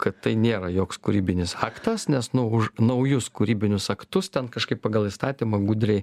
kad tai nėra joks kūrybinis aktas nes už naujus kūrybinius aktus ten kažkaip pagal įstatymą gudriai